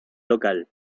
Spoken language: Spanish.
local